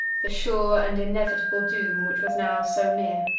the sure and inevitable doom which was now so near.